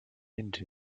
into